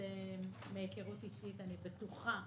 מהיכרות אישית, אני בטוחה